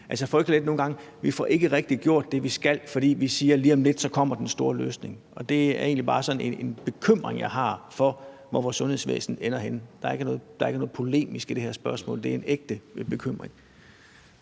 Altså, jeg frygter lidt nogle gange, at vi ikke rigtig får gjort det, vi skal, fordi vi siger, at lige om lidt kommer den store løsning, og det er egentlig bare sådan en bekymring, jeg har for, hvor vores sundhedsvæsen ender henne. Der er ikke noget polemisk i det her spørgsmål. Det er en ægte bekymring.